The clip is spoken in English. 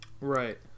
right